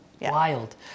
wild